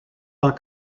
tant